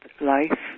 life